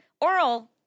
Oral